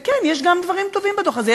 וכן, יש גם דברים טובים בדוח הזה.